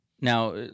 Now